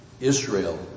Israel